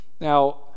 Now